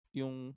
yung